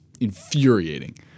infuriating